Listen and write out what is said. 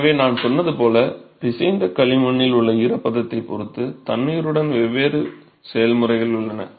எனவே நான் சொன்னது போல் பிசைந்த களிமண்ணில் உள்ள ஈரப்பதத்தைப் பொறுத்து தண்ணீருடன் வெவ்வேறு செயல்முறைகள் உள்ளன